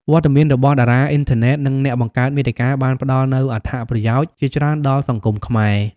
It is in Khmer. វត្តមានរបស់តារាអុីនធឺណិត និងអ្នកបង្កើតមាតិកាបានផ្តល់នូវអត្ថប្រយោជន៍ជាច្រើនដល់សង្គមខ្មែរ។